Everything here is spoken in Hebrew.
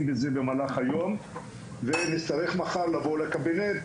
בזה במהלך היום ונצטרך מחר לבוא לקבינט.